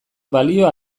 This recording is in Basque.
balio